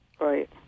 Right